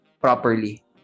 properly